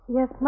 Yes